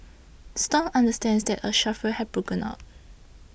stomp understands that a scuffle had broken out